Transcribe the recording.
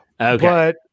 Okay